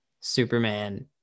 Superman